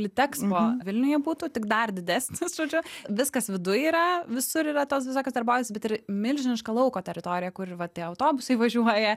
litekspo vilniuje būtų tik dar didesnis žodžiu viskas viduj yra visur yra tos visokios darbovietės bet ir milžiniška lauko teritorija kur va tie autobusai važiuoja